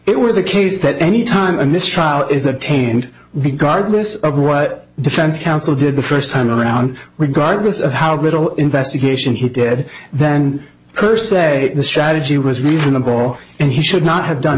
it were the case that any time in this trial is attained we gardeners of what defense counsel did the first time around regardless of how little investigation he did then per se the strategy was reasonable and he should not have done